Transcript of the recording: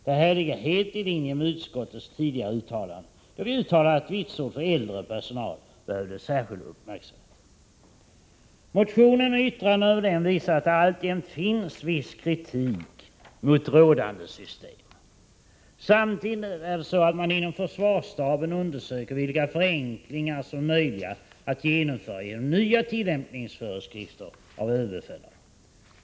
Det här ligger helt i linje med utskottets tidigare uttalande, att vitsord för äldre personal krävde särskild uppmärksamhet. Motionen och yttrandena i detta avseende visar att det alltjämt förekommer viss kritik mot rådande system. Samtidigt är det så, att man inom försvarsstaben undersöker vilka förenklingar som är möjliga att genomföra genom nya tillämpningsföreskrifter från överbefälhavaren.